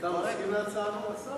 מסכים להצעת השר?